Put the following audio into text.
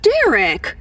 Derek